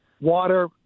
water